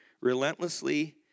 relentlessly